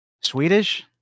Swedish